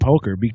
poker